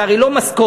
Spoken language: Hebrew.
זה הרי לא משכורת.